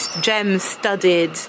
gem-studded